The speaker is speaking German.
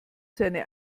seine